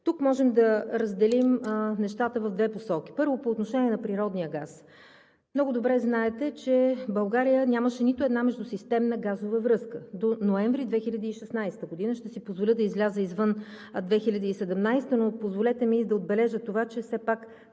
Тук можем да разделим нещата в две посоки. Първо, по отношение на природния газ. Много добре знаете, че България нямаше нито междусистемна газова връзка до месец ноември 2016 г., ще си позволя да изляза извън 2017 г., но позволете ми да отбележа, че все пак